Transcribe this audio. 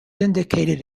indicated